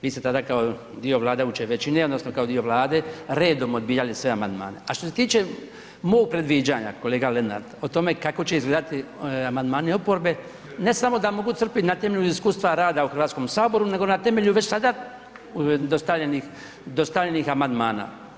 Vi ste tada kao dio vladajuće većine odnosno kao dio Vlade, redom odbijali sve amandmane a što se tiče mog predviđanja kolega Lenart, o tome kako će izgledati amandmani oporbe, ne samo da mogu crpit na temelju iskustva rada u Hrvatskom saboru nego na temelju već sada dostavljenih amandmana.